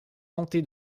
tenté